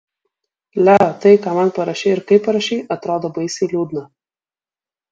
leo tai ką man parašei ir kaip parašei atrodo baisiai liūdna